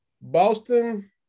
Boston